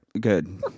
Good